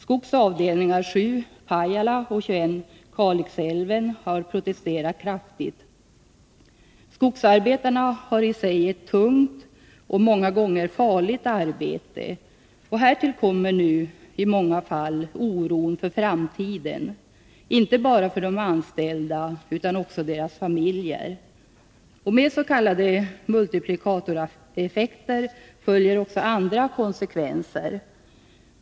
Skogs avdelningar 7, Pajala, och 21, Kalixälven, har protesterat kraftigt. Skogsarbetarna har i sig ett tungt och många gånger farligt arbete. Härtill kommer nu oron för framtiden, inte bara för de anställda utan också för deras familjer. Med s.k. multiplikatoreffekter följer också andra konsekvenser.